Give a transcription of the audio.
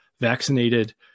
vaccinated